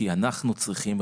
כי אנחנו צריכים,